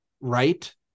right